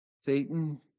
Satan